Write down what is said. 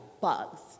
bugs